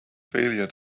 failure